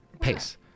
Pace